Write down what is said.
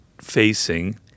facing